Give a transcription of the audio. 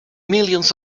millions